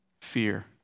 fear